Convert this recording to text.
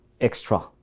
extra